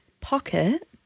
pocket